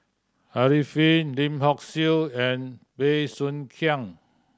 Arifin Lim Hock Siew and Bey Soo Khiang